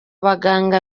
baganga